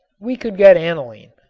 we could get aniline.